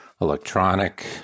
electronic